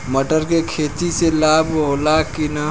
मटर के खेती से लाभ होला कि न?